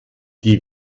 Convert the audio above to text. die